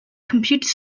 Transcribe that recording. computer